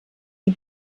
die